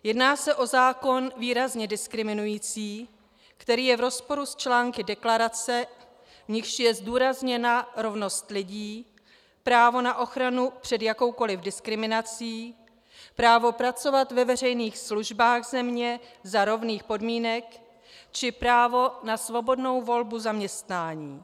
Jedná se o zákon výrazně diskriminující, který je v rozporu s články deklarace, v nichž je zdůrazněna rovnost lidí, právo na ochranu před jakoukoli diskriminací, právo pracovat ve veřejných službách země za rovných podmínek či právo na svobodnou volbu zaměstnání.